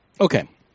Okay